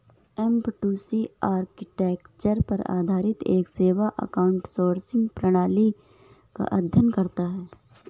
F two C architecture पर आधारित एक सेवा आउटसोर्सिंग प्रणाली का अध्ययन करता है